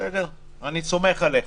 בסדר, אני סומך עליך.